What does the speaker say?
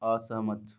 असहमत